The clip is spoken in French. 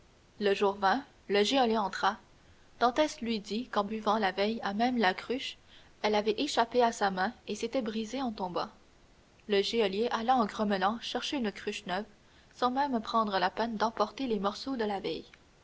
le jour vint le geôlier entra dantès lui dit qu'en buvant la veille à même la cruche elle avait échappé à sa main et s'était brisée en tombant le geôlier alla en grommelant chercher une cruche neuve sans même prendre la peine d'emporter les morceaux de la vieille